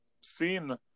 seen